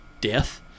death